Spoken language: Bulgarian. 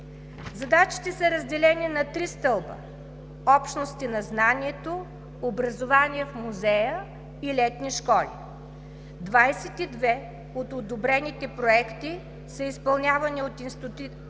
Задачите са разделени на три стълба: общности на знанието, образование в музея и летни школи. 22 от одобрените проекти са изпълнявани от институти